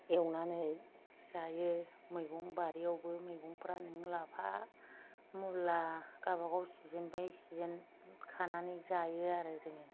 एवनानै जायो मैगंबारियावबो मैगंफ्रा नों लाफा मुला गावबागाव सिजेन बाय सिजेन खानानै जायो आरो जोङो